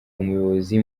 umuyobozi